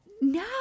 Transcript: No